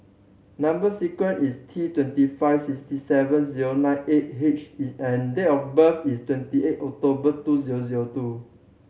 number sequence is T twenty five sixty seven zero nine eight H and date of birth is twenty eight October two zero zero two